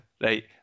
Right